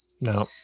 No